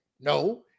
No